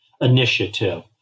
initiative